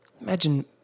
imagine